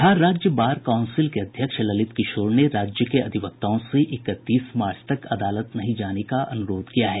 बिहार राज्य bar council के अध्यक्ष ललित किशोर ने राज्य के अधिवक्ताओं से इकतीस मार्च तक अदालत नहीं जाने का अनुरोध किया है